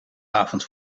avond